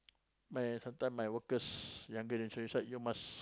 my sometime my workers younger than me you must